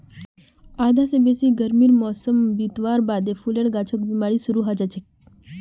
आधा स बेसी गर्मीर मौसम बितवार बादे फूलेर गाछत बिमारी शुरू हैं जाछेक